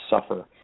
suffer